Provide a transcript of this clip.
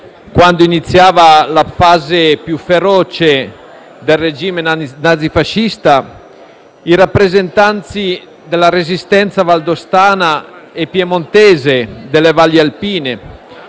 quando iniziava la fase più feroce del regime nazifascista, i rappresentanti della resistenza valdostana e piemontese delle valli alpine